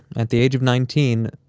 at the age of nineteen,